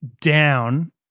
Down